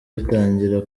bitangira